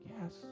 Yes